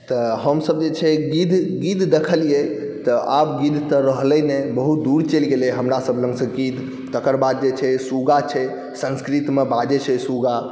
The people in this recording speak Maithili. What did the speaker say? तऽ हमसब जे छै गिद्ध गिद्ध देखलिए तऽ आब गिद्ध तऽ रहलै नहि बहुत दूर चलि गेलै हमरासब लगसँ गिद्ध तकर बाद जे छै सुग्गा छै संस्कृतमे बाजै छै सुग्गा